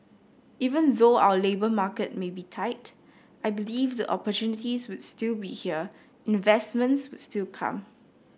even though our labour market may be tight I believe the opportunities would still be here investments will still come